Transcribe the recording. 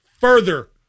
further